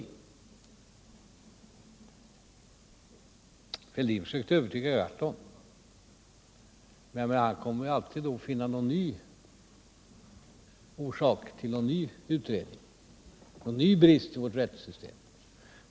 Thorbjörn Fälldin försökte övertyga Per Gahrton om att det inte behövdes någon utredning. Men Per Gahrton kommer ju alltid att finna orsaker till nya utredningar, han kommer alltid att hitta någon ny brist i vårt rättssystem.